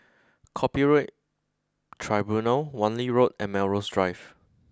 Copyright Tribunal Wan Lee Road and Melrose Drive